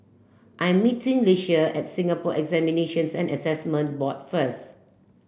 I'm meeting Ieshia at Singapore Examinations and Assessment Board first